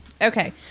Okay